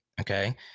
Okay